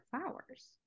flowers